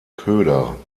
köder